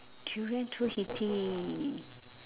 durian too heaty